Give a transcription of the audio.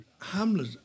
Hamlet